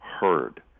heard